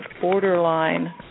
borderline